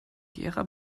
gera